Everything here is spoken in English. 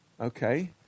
okay